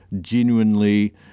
genuinely